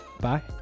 Bye